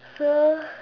!huh!